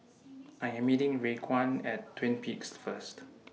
I Am meeting Raekwon At Twin Peaks First